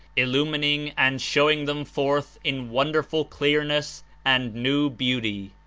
illumining and showing them forth in wonderful clearness and new beauty.